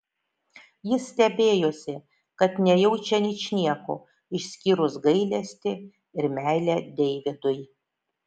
jis stebėjosi kad nejaučia ničnieko išskyrus gailestį ir meilę deividui